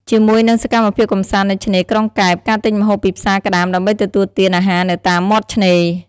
ជាមួយនិងសកម្មភាពកម្សាន្តនៅឆ្នេរក្រុងកែប ការទិញម្ហូបពីផ្សារក្ដាមដើម្បីទទួលទានអាហារនៅតាមមាត់ឆ្នេរ។